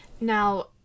now